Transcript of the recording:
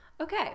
Okay